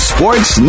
Sports